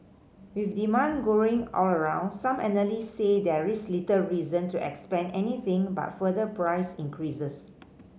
with demand growing all around some analyst say there is little reason to expect anything but further price increases